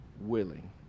willing